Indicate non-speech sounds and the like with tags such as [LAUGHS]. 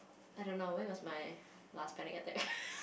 I don't know when was my last panic attack [LAUGHS]